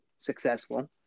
successful